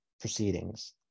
proceedings